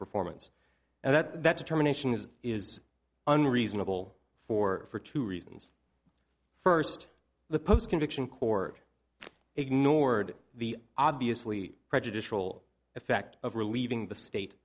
performance and that that determination is is unreasonable for for two reasons first the post conviction court ignored the obviously prejudicial effect of relieving the state